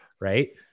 Right